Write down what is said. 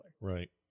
Right